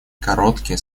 короткие